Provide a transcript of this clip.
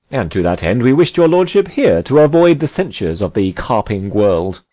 and to that end we wish'd your lordship here, to avoid the censures of the carping world.